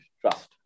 trust